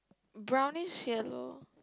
brownish yellow